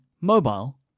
mobile